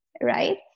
right